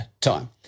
time